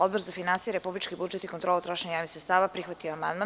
Odbor za finansije i republički budžet i kontrolu trošenja javnih sredstava prihvatio je amandman.